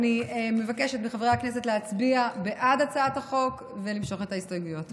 אני מבקשת מחברי הכנסת להצביע בעד הצעת החוק ולמשוך את ההסתייגויות.